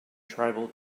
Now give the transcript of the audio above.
tribal